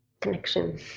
connection